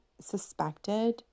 suspected